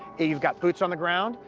you've got boots on the ground.